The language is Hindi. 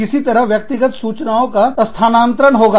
किसी भी तरह व्यक्तिगत सूचनाओं का स्थानांतरण होगा